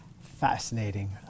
Fascinating